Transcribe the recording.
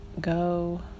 go